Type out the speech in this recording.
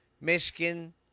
Michigan